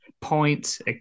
points